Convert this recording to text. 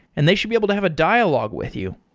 and they should be able to have a dialogue with you.